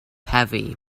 heavy